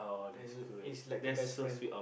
and is like a best friend